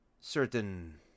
Certain